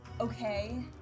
Okay